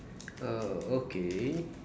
oh okay